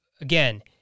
again